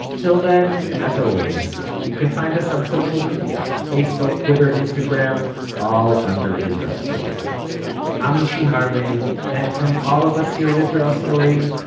till then, as always, you can find us on social media facebook, twitter, instagram all under israel story i'm mishy harman and from all of us here at israel story,